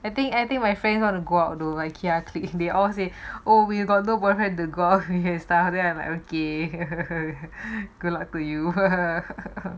I think I think my friends want to go out to Ikea clique if they all say oh we got no boyfriend to go out with and staff then I'm like okay good luck to you